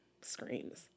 Screams